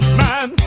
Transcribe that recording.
man